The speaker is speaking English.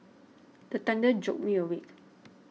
the thunder jolt me awake